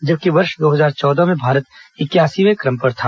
जबकि वर्ष दो हजार चौदह में भारत इकयासीवें क्रम पर था